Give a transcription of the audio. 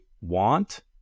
want